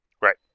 Right